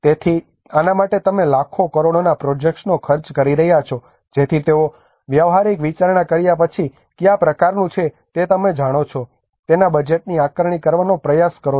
તેથી આના માટે તમે લાખો કરોડોના પ્રોજેક્ટ્સનો ખર્ચ કરી રહ્યા છો જેથી તેઓ વ્યવહારિક વિચારણા કર્યા પછી કયા પ્રકારનું છે તે તમે જાણો છો તેના બજેટની આકારણી કરવાનો પ્રયાસ કરો